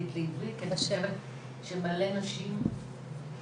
היא שאני שמח שנכנסתי לפה כי אני חושב שהנושא הזה הוא מאוד מאוד חשוב,